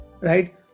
right